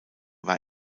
war